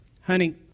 honey